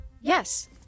Yes